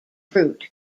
fruit